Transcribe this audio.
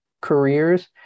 careers